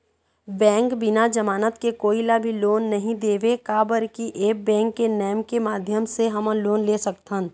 Bank बिना जमानत के कोई ला भी लोन नहीं देवे का बर की ऐप बैंक के नेम के माध्यम से हमन लोन ले सकथन?